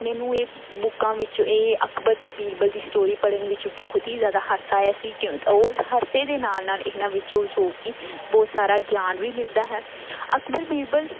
ਮੈਨੂੰ ਇਹ ਬੁੱਕਾਂ ਵਿੱਚੋਂ ਇਹ ਅਕਬਰ ਅਤੇ ਬੀਰਬਲ ਦੀ ਸਟੋਰੀ ਪੜ੍ਹਨ ਵਿੱਚ ਬਹੁਤ ਹੀ ਜ਼ਿਆਦਾ ਹਾਸਾ ਆਇਆ ਸੀ ਕਿ ਔਰ ਹਾਸੇ ਦੇ ਨਾਲ ਨਾਲ ਇਹਨਾਂ ਵਿੱਚੋਂ ਜੋ ਕਿ ਬਹੁਤ ਸਾਰਾ ਗਿਆਨ ਵੀ ਮਿਲਦਾ ਹੈ ਅਕਬਰ ਬੀਰਬਲ